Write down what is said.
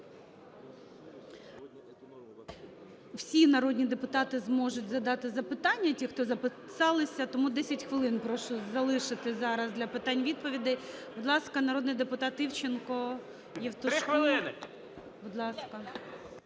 Всі народні депутати зможуть задати запитання, ті, хто записалися. Тому 10 хвилин прошу залишити зараз для питань-відповідей. Будь ласка, народний депутат Івченко… Євтушку… Будь ласка.